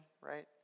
right